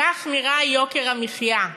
כך נראה יוקר המחיה,